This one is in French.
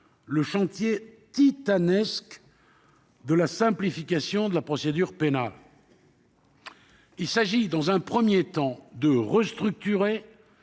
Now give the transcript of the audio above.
le chantier titanesque de la simplification de la procédure pénale. Il s'agit, dans un premier temps, de restructurer